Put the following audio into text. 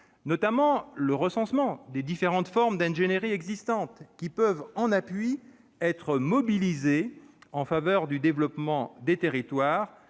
notamment le recensement des différentes formes d'ingénierie existantes, qui peuvent être mobilisées en appui en faveur du développement des territoires,